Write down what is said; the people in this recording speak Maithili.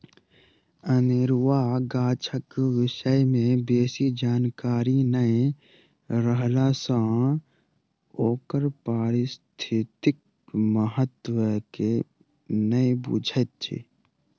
अनेरुआ गाछक विषय मे बेसी जानकारी नै रहला सँ ओकर पारिस्थितिक महत्व के नै बुझैत छी